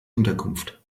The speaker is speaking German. unterkunft